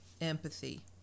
empathy